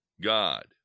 God